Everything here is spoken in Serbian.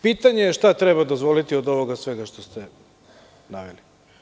Pitanje je šta treba dozvoliti, od svega ovoga što ste naveli.